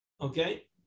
Okay